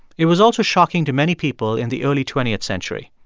it was also shocking to many people in the early twentieth century.